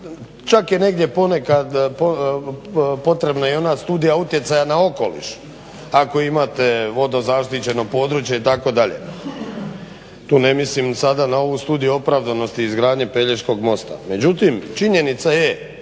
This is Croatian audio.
čak je negdje ponekad potrebna i ona studija utjecaja na okoliš ako imate vodozaštićeno područje itd. Tu ne mislim sada na ovu studiju opravdanosti izgradnje Pelješkog mosta. Međutim, činjenica je